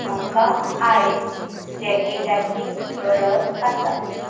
म्हाका आयज जॅकेटाची गरज आसा